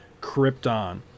Krypton